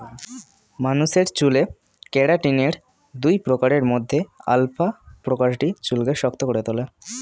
মানুষের চুলে কেরাটিনের দুই প্রকারের মধ্যে আলফা প্রকারটি চুলকে শক্ত করে তোলে